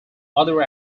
other